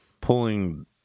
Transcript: pulling